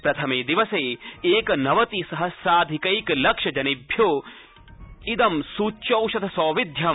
प्रथमे दिवसे एकनवति सहम्राधिकैकलक्ष जनेभ्य स्च्यौषध सौविध्यम्